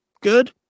good